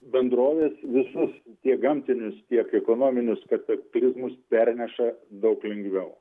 bendrovės visus tiek gamtinius tiek ekonominius kataklizmus perneša daug lengviau